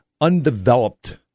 undeveloped